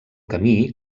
camí